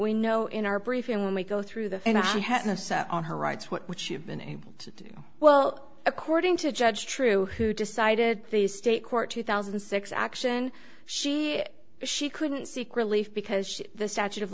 we know in our briefing when we go through the and on her rights what you've been able to do well according to judge true who decided the state court two thousand and six action she she couldn't seek relief because the statute of